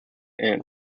aunt